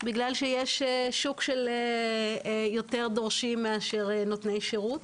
בגלל שיש שוק של יותר דורשים מאשר נותני שירות.